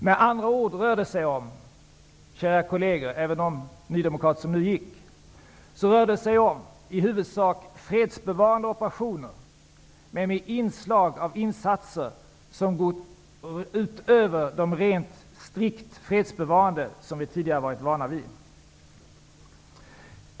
Med andra ord rör det sig i huvudsak om, kära kolleger -- jag riktar mig även till de nydemokrater som nu gick -- fredsbevarande operationer, men med inslag av insatser utöver de strikt fredsbevarande insatser som vi tidigare varit vana vid.